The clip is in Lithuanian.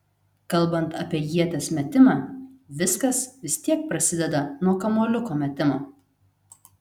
kalbant apie ieties metimą viskas vis tiek prasideda nuo kamuoliuko metimo